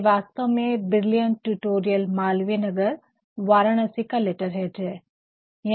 ये वास्तव में ब्रिलियंट टुटोरिअल मालवीय नगर वाराणसी का लेटरहेड है